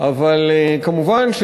אבל כמובן,